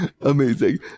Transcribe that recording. amazing